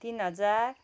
तिन हजार